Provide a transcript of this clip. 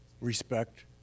respect